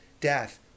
death